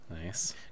nice